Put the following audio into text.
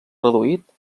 reduït